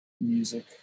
music